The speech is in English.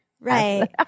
Right